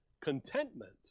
contentment